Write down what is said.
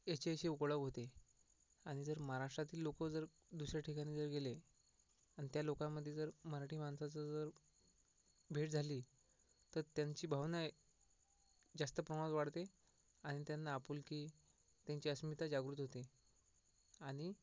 याची अशी ओळख होते आणि जर महाराष्ट्रातील लोक जर दुसऱ्या ठिकाणी जर गेले आणि त्या लोकांमध्ये जर मराठी माणसांची जर भेट झाली तर त्यांची भावनाही जास्त प्रमाणात वाढते आणि त्यांना आपुलकी त्यांची अस्मिता जागृत होते आणि